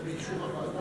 זה באישור הוועדה?